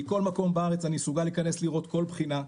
מכל מקום בארץ אני מסוגל להיכנס לראות כל בחינה,